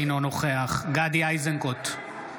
אינו נוכח גדי איזנקוט,